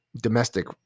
domestic